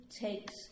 takes